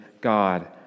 God